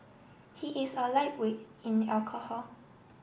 he is a lightweight in alcohol